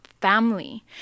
family